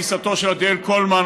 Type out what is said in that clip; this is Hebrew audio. גיסתו של עדיאל קולמן,